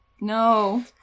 No